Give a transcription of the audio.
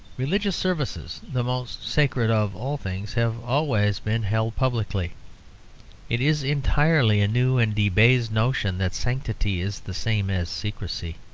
religious services, the most sacred of all things, have always been held publicly it is entirely a new and debased notion that sanctity is the same as secrecy.